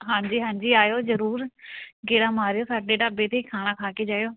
ਹਾਂਜੀ ਹਾਂਜੀ ਆਇਓ ਜ਼ਰੂਰ ਗੇੜਾ ਮਾਰਿਓ ਸਾਡੇ ਢਾਬੇ 'ਤੇ ਖਾਣਾ ਖਾ ਕੇ ਜਾਇਓ